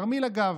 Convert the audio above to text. "תרמיל הגב".